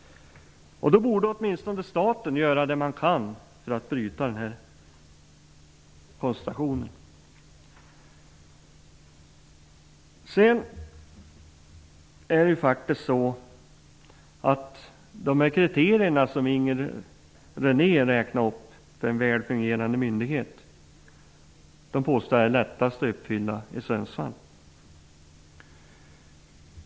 Man borde åtminstone från statens sida göra vad man kan för att bryta denna koncentration. De kriterier för en väl fungerande myndighet som Inger René räknade upp är det lättast att uppfylla i Sundsvall.